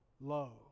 low